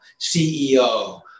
CEO